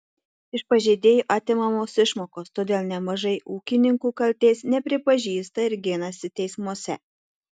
iš pažeidėjų atimamos išmokos todėl nemažai ūkininkų kaltės nepripažįsta ir ginasi teismuose